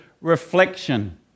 reflection